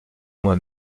moi